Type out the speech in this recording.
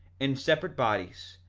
in separate bodies,